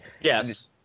yes